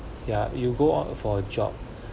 ya you go out for a job